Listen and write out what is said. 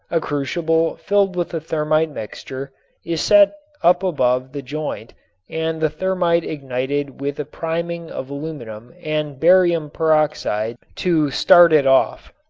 a crucible filled with the thermit mixture is set up above the joint and the thermit ignited with a priming of aluminum and barium peroxide to start it off.